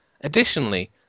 Additionally